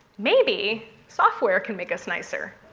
maybe software can make us nicer.